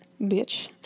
Bitch